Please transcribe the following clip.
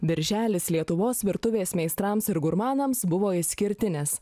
birželis lietuvos virtuvės meistrams ir gurmanams buvo išskirtinis